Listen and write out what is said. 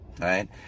Right